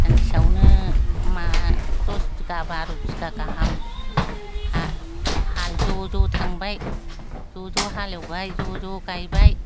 सानसेयावनो दस बिगा बार' बिगा गाहाम हा हा ज'ज' थांबाय ज' ज' हालएवबाय ज'ज' गायबाय